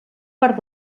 part